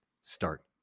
start